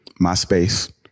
myspace